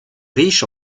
riche